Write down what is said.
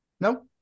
No